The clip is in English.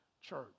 church